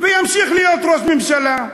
ואמשיך להיות ראש הממשלה.